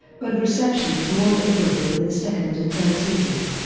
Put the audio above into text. but reception was more favorable in the second and third seasons.